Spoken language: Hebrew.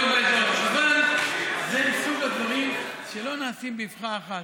אבל זה מסוג הדברים שלא נעשים באבחה אחת,